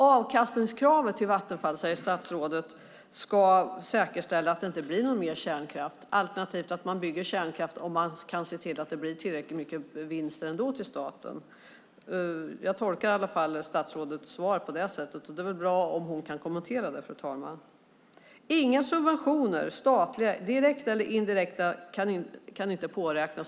Avkastningskravet till Vattenfall, säger statsrådet, ska säkerställa att det inte blir någon mer kärnkraft alternativt att man bygger kärnkraft om man kan se till att det blir tillräckligt mycket vinst ändå till staten. Jag tolkar i alla fall statsrådets svar på det sättet. Det är bra om hon kan kommentera det, fru talman. Inga statliga subventioner, direkta eller indirekta, kan påräknas för att bygga kärnkraft.